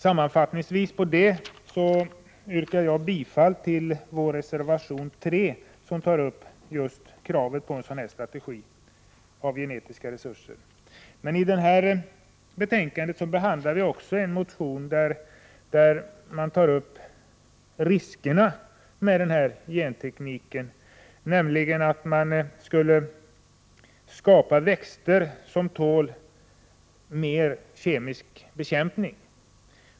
Jag yrkar bifall till vår reservation 3, som tar upp just kravet på en sådan strategi beträffande genetiska resurser. I det här betänkandet behandlar vi också en motion där man tar upp riskerna med gentekniken. Det handlar om att man skulle skapa växter som tål mer kemisk bekämpning.